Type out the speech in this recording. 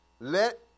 Let